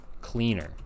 cleaner